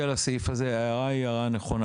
ההערה היא הערה נכונה.